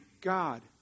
God